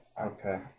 Okay